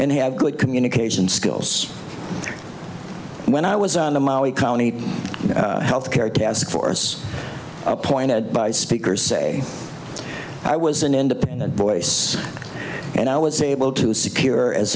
and have good communication skills when i was on the maui county health care task force appointed by speakers say i was an independent voice and i was able to secure as